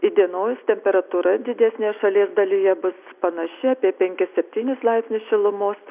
įdienojus temperatūra didesnėje šalies dalyje bus panaši apie penkis septynis laipsnius šilumos